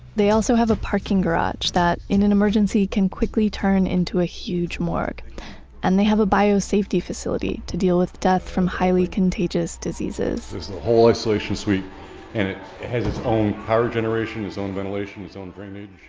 they also have a parking garage that in an emergency can quickly turn into a huge morgue and they have a biosafety facility to deal with death from highly contagious diseases there's the whole isolation suite and its own power generation, its own ventilation, its own drainage.